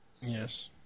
Yes